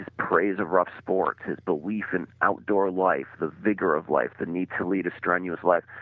praise of rough sport, his belief in outdoor life, the vigor of life, the need to lead a strenuous life,